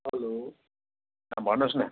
hello अँ भन्नुहोस् न